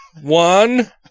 one